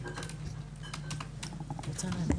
בבקשה.